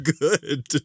good